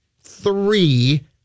three